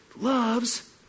loves